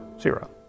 Zero